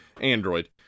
android